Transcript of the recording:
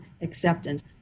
acceptance